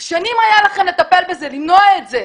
שנים היה לכם לטפל בזה, למנוע את זה.